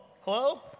hello